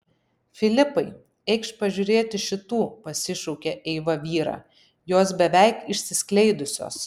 filipai eikš pažiūrėti šitų pasišaukė eiva vyrą jos beveik išsiskleidusios